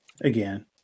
Again